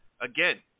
Again